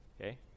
okay